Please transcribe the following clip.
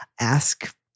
Ask